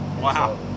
Wow